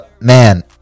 man